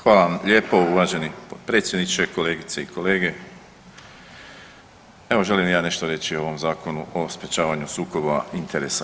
Hvala vam lijepo uvaženi potpredsjedniče, kolegice i kolege evo želim i ja nešto reći o ovom Zakonu o sprječavanju sukoba interesa.